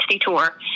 tour